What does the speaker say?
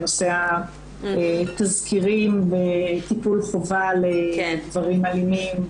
בנושא התזכירים וטיפול חובה לגברים אלימים.